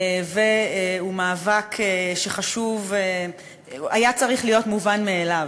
והוא מאבק שהיה צריך להיות מובן מאליו.